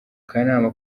kanama